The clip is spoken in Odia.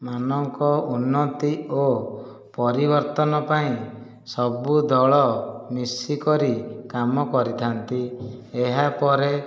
ମାନଙ୍କ ଉନ୍ନତି ଓ ପରିବର୍ତ୍ତନ ପାଇଁ ସବୁ ଦଳ ମିଶିକରି କାମ କରିଥାନ୍ତି ଏହା ପରେ